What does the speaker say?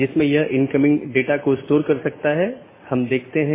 BGP एक बाहरी gateway protocol है